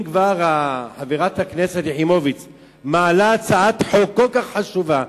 אם חברת הכנסת יחימוביץ מעלה הצעה כל כך חשובה,